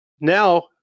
Now